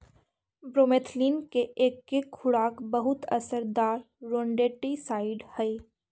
bromethalin के एके खुराक बहुत असरदार रोडेंटिसाइड हई